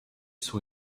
sur